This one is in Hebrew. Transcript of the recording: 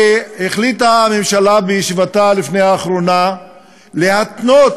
שהממשלה החליטה בישיבתה לפני האחרונה להתנות